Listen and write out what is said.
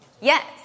Yes